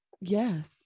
Yes